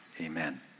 amen